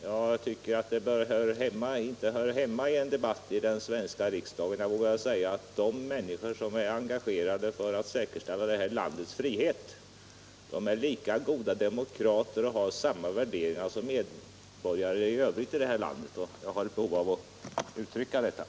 Jag tycker inte att sådant hör hemma i en debatt i den svenska riksdagen. Jag har ett behov av att uttrycka uppfattningen att dessa personer är lika goda demokrater och har samma värderingar som medborgarna i övrigt i vårt land.